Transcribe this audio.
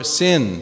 sin